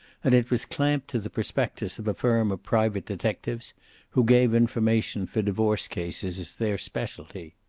and it was clamped to the prospectus of a firm of private detectives who gave information for divorce cases as their specialty.